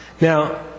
Now